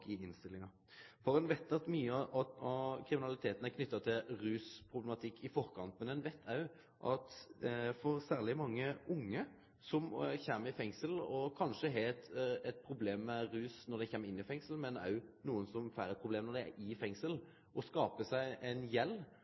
i innstillinga. Ein veit at mykje av kriminaliteten er knytt til rusproblematikk i forkant. Ein veit at særleg mange unge som kjem i fengsel, kanskje har eit problem med rus når dei kjem inn, men det er òg nokre som får eit problem når dei er i fengselet og skaper seg ei gjeld